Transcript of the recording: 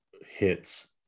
hits